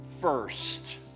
first